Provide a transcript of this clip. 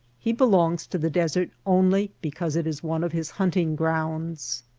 he belongs to the desert only because it is one of his hunting-grounds.